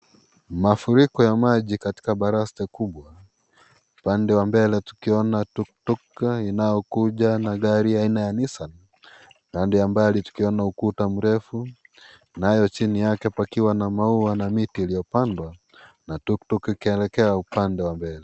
Mafuriko ya maji katika barasite kubwa upande wa mbele tukiona tuktuk inayokuja na gari ya aina ya nissan na mbali tukiona ukuta mrefu naye chini yake pakiwa na maua na miti iliyopandwa na tuktuk ikielekea upande wa mbele.